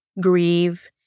grieve